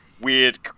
weird